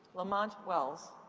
lamont well.